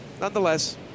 nonetheless